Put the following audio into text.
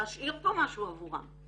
להשאיר פה משהו עבורם.